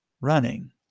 running